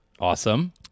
Awesome